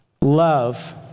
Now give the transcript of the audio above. love